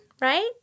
right